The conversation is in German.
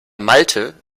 malte